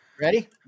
Ready